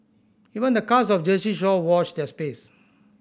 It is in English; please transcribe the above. even the cast of Jersey Shore watch their space